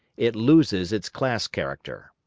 it loses its class-character.